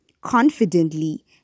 confidently